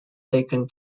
taken